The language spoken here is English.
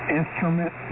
instrument